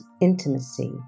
intimacy